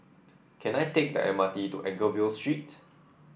can I take the M R T to Anchorvale Street